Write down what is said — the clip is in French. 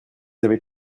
avez